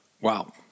Wow